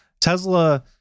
Tesla